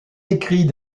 écrits